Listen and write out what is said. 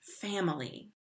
family